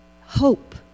hope